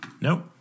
Nope